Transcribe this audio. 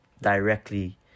directly